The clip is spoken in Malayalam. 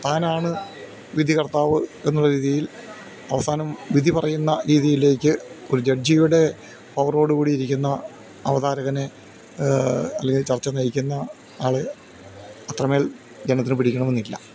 താനാണ് വിധികർത്താവ് എന്നുള്ള രീതിയിൽ അവസാനം വിധി പറയുന്ന രീതിയിലേക്ക് ഒരു ജഡ്ജിയുടെ പവറോടുകൂടി ഇരിക്കുന്ന അവതാരകനെ അല്ലെങ്കിൽ ചർച്ച നയിക്കുന്ന ആൾ അത്രമേൽ ജനത്തിന് പിടിക്കണമെന്നില്ല